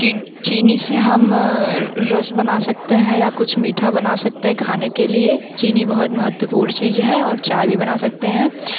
ची चीनी से हम रस बना सकते हैं या कुछ मीठा बना सकते हैं खाने के लिए चीनी बहुत महत्वपूर्ण चीज़ है और चाय भी बना सकते हैं